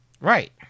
Right